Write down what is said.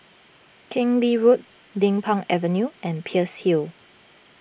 Keng Lee Road Din Pang Avenue and Peirce Hill